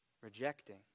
rejecting